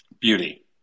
Beauty